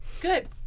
Good